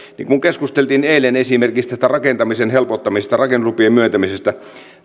niin kun keskusteltiin eilen esimerkiksi tästä rakentamisen helpottamisesta rakennuslupien myöntämisestä